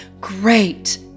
Great